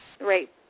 right